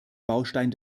baustein